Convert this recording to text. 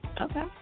Okay